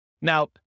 now